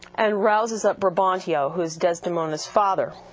and rouses up brabantio, who's desdemona's father.